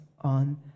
on